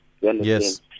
yes